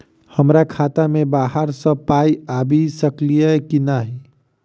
हमरा खाता मे बाहर सऽ पाई आबि सकइय की नहि?